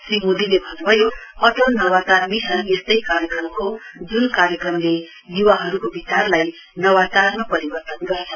श्री मोदीले भन्नुभयो अटल नवाचार मिशन यस्तै कार्यक्रम हे जुन कार्यक्रमले युवाहरुको विचारलाई नवाचारमा परिवर्तन गर्छ